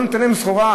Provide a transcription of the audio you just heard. לא ניתן להם סחורה,